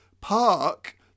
park